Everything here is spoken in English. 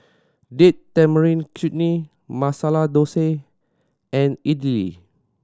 Date Tamarind Chutney Masala Dosa and Idili